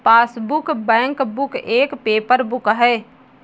passbook, bankbook एक paper book है